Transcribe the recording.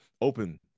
open